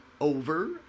over